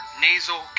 nasal